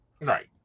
Right